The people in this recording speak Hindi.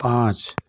पाँच